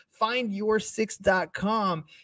findyoursix.com